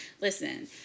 listen